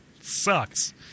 Sucks